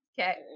okay